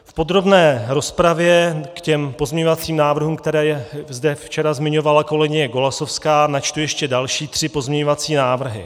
V podrobné rozpravě k pozměňovacím návrhům, které zde včera zmiňovala kolegyně Golasowská, načtu ještě další tři pozměňovací návrhy.